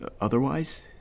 otherwise